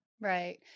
Right